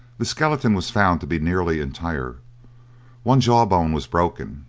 the skeleton was found to be nearly entire one jaw-bone was broken,